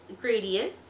Gradient